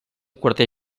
quarter